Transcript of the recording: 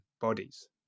bodies